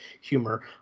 humor